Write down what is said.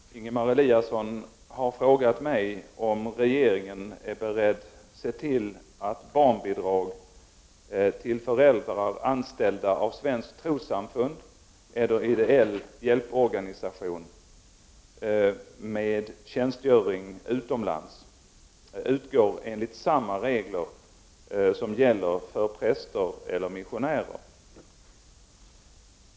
Herr talman! Ingemar Eliasson har frågat mig om regeringen är beredd att se till att barnbidrag till föräldrar anställda av svenskt trossamfund eller ideell hjälporganisation med tjänstgöring utomlands utgår enligt samma regler som gäller för präster eller missionärer.